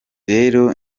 rero